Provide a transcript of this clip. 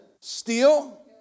steal